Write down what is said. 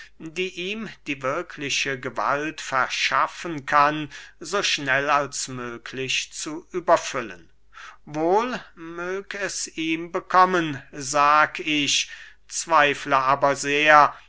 die ihm die wirkliche gewalt verschaffen kann so schnell als möglich zu überfüllen wohl mög es ihm bekommen sag ich zweifle aber sehr